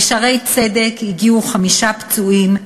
ל"שערי צדק" הגיעו חמישה פצועים,